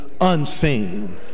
unseen